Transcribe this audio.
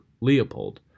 Leopold